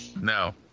No